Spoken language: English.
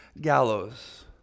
gallows